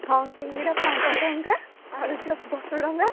ହଁ ସିଙ୍ଗଡ଼ା ପାଞ୍ଚ ଟଙ୍କା ଆଳୁଚପ ଦଶଟଙ୍କା